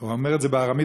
הוא אומר את זה בארמית,